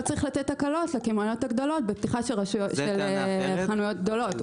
לא צריך לתת הקלות לקמעוניות הגדולות בפתיחה של חנויות גדולות.